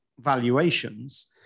valuations